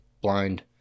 blind